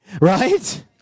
right